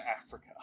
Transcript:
Africa